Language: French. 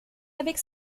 avec